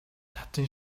татна